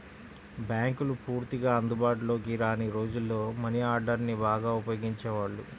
బ్యేంకులు పూర్తిగా అందుబాటులోకి రాని రోజుల్లో మనీ ఆర్డర్ని బాగా ఉపయోగించేవాళ్ళు